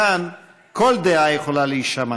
כאן כל דעה יכולה להישמע,